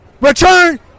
return